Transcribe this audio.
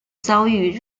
遭遇